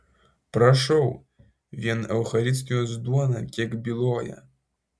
prašau vien eucharistijos duona kiek byloja